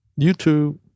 YouTube